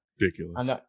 ridiculous